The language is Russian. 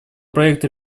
проекта